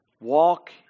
walk